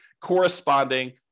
corresponding